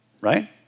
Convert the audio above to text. right